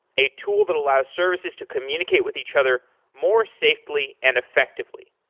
a tool that allows services to communicate with each other more safely and effectively.